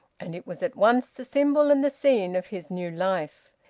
and it was at once the symbol and the scene of his new life.